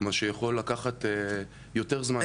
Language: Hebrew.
מה שיכול לקחת יותר זמן.